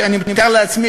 אני מתאר לעצמי,